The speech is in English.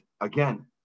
again